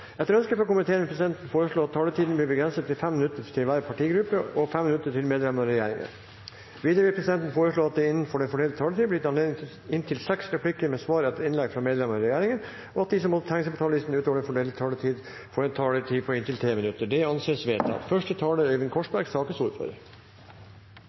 Etter ønske fra energi- og miljøkomiteen vil presidenten foreslå at taletiden blir begrenset til 5 minutter til hver partigruppe og 5 minutter til medlemmer av regjeringen. Videre vil presidenten foreslå at det – innenfor den fordelte taletid – blir gitt anledning til inntil seks replikker med svar etter innlegg fra medlemmer av regjeringen, og at de som måtte tegne seg på talerlisten utover den fordelte taletid, får en taletid på inntil 3 minutter. – Det anses vedtatt. Denne saken er